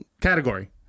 category